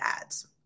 ads